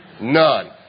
None